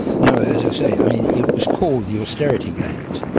no, as i say, it was called the austerity games,